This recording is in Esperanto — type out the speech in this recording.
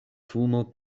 fumo